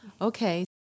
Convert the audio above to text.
Okay